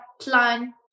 plan